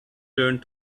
turned